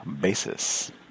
basis